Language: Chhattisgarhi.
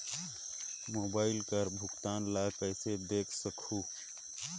मोबाइल कर भुगतान ला कइसे देख सकहुं?